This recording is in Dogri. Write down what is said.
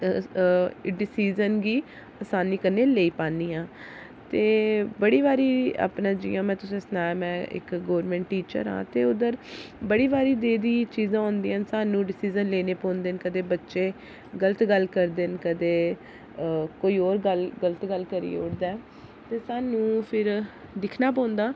डिसिजन गी असानी कन्नै लेई पानी हां ते बड़ी जियां में गी सुनाया इक गोरमैंट टीचर ऐ ते उद्धर बड़ी बारी स्हानू डिसिजन लैने पौंदे न बच्चे गलत गल्ल करदे न कदें कोई होर गलत गल्ल करीओड़दा ऐ ते स्हानू फिर दिक्खना पौंदा